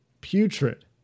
putrid